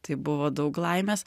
tai buvo daug laimės